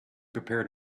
prepared